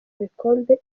bikombe